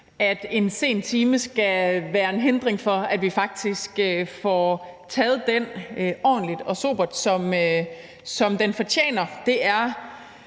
at en sen time skal være en hindring for, at vi får taget den debat ordentligt og sobert, som den fortjener.